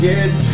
Get